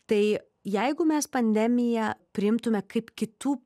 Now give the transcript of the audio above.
tai jeigu mes pandemiją priimtume kaip kitų